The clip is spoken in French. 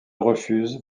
refuse